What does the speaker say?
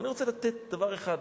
ואני רוצה לתת דבר אחד,